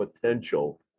potential